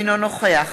אינו נוכח